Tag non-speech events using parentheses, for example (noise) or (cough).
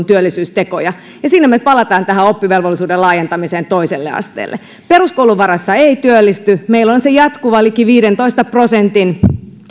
(unintelligible) työllisyystekoja siinä me palaamme tähän oppivelvollisuuden laajentamiseen toiselle asteelle peruskoulun varassa ei työllisty meillä on se jatkuva liki viidentoista prosentin